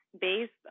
based